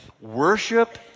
worship